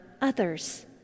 others